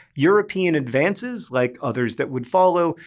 european advances, like others that would follow,